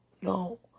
no